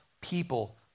people